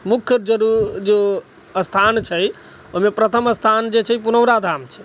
मुख्य जो स्थान छै ओहिमे प्रथम स्थान जे छै पुनौरा धाम छै